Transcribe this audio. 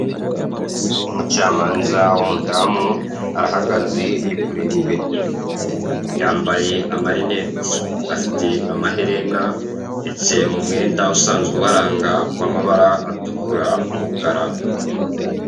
Umucamanza w'umudamu, arahagaze ari kureba imbere ye, yambaye amarinete, afite amaherena ndetse mu mwenda usanzwe ubaranga w'amabara atukura, umukara.